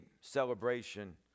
celebration